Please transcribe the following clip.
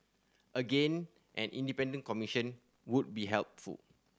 again an independent commission would be helpful